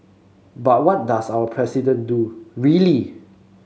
but what does our President do really